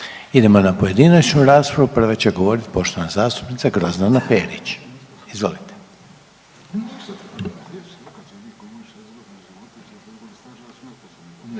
Idemo na pojedinačnu raspravu. Prva će govorit poštovana zastupnica Grozdana Perić. Izvolite.